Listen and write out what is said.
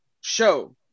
show